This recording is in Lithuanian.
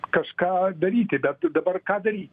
kažką daryti bet dabar ką daryt